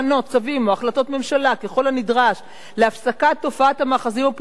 צווים או החלטות ממשלה ככל הנדרש להפסקת תופעת המאחזים ופינוים,